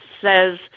says